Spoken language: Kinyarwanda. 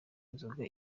inzoka